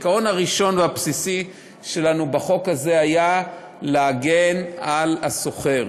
העיקרון הראשון והבסיסי שלנו בחוק הזה היה להגן על השוכר.